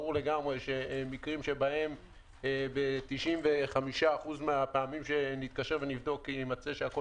במקרים שב-95% מהפעמים שנתקשר ויימצא שהכול